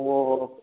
ਹੋਰ ਹੋਰ